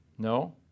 No